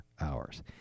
hours